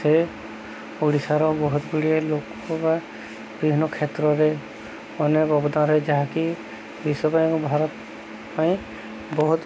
ସେ ଓଡ଼ିଶାର ବହୁତ ଗୁଡ଼ିଏ ଲୋକ ବା ବିଭିନ୍ନ କ୍ଷେତ୍ରରେ ଅନେକ ଯାହାକି ବିଶ୍ୱ ପାଇଁ ଭାରତ ପାଇଁ ବହୁତ